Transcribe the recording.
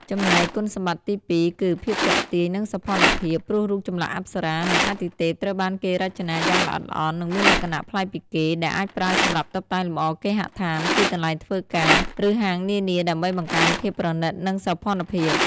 ចំណែកគុណសម្បត្តិទីពីរ គឺ ភាពទាក់ទាញ និងសោភ័ណភាព ព្រោះរូបចម្លាក់អប្សរា និងអាទិទេពត្រូវបានគេរចនាយ៉ាងល្អិតល្អន់ និងមានលក្ខណៈប្លែកពីគេ ដែលអាចប្រើសម្រាប់តុបតែងលម្អគេហដ្ឋាន ទីកន្លែងធ្វើការ ឬហាងនានាដើម្បីបង្កើនភាពប្រណីត និងសោភ័ណភាព។